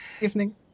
Evening